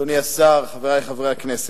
אדוני השר, חברי חברי הכנסת,